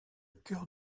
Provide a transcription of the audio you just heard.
cœur